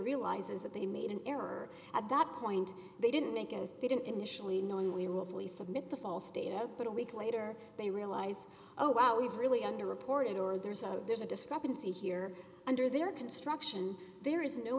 realizes that they made an error at that point they didn't make those didn't initially knowingly willfully submit the false data out but a week later they realize oh wow we've really under reported or there's a there's a discrepancy here under their construction there is no